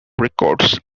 records